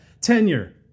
tenure